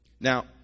Now